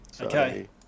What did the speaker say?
okay